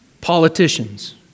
Politicians